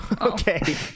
Okay